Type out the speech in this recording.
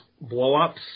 blow-ups